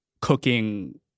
cooking